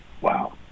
Wow